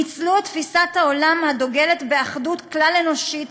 ניצלו את תפיסת העולם הדוגלת באחדות כלל-אנושית